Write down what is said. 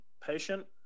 patient